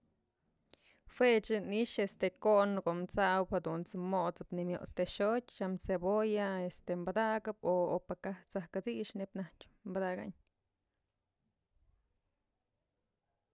Juech ni'ixë este kon në ko'o t'sab jadunt's mot'sëp nimyot's tëxötyë tyam cebolla, este badakëp o pë kaj t'saj kat'six neyb naj padakayn.